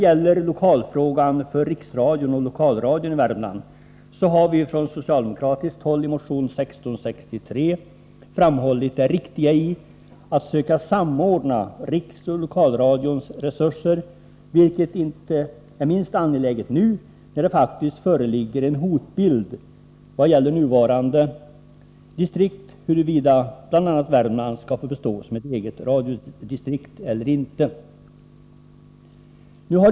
Beträffande lokalfrågan för Riksradion och Lokalradion i Värmland har vi från socialdemokratiskt håll i motion 1663 framhållit det riktiga i att söka samordna Riksoch Lokalradions resurser. Det är inte minst angeläget just nu när det faktiskt föreligger ett hot då det gäller frågan huruvida Värmland skall få bestå som eget radiodistrikt eller inte.